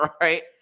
right